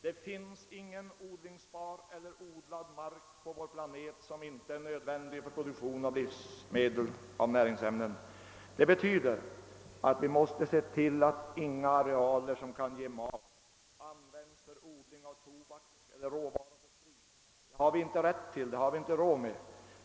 Det finns ingen odlingsbar eller odlad mark på vår planet som inte är nödvändig för produktion av livsmedel, av näringsämnen. Det betyder att vi även måste se till att inga arealer som kan ge mat används för odling av tobak eller råvaror för sprit — det har vi inte rätt till och det har vi inte heller råd med.